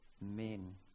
men